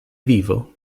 vivo